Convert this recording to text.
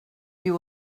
you